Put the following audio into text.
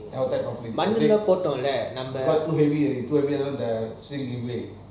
மண்ணுலம் போட்டோம்ல:mannulam potomla